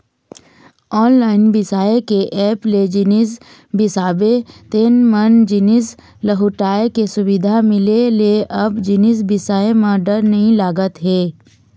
online बिसाए के app ले जिनिस बिसाबे तेन म जिनिस लहुटाय के सुबिधा मिले ले अब जिनिस बिसाए म डर नइ लागत हे